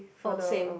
oh same